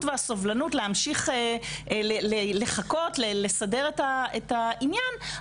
וסובלנות להמשיך לחכות לסדר את העניין,